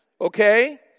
okay